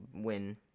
win